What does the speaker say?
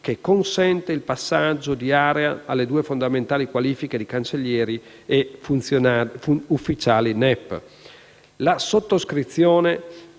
che consente il passaggio di area alle due fondamentali qualifiche di cancellieri e ufficiali per